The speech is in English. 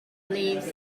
beliefs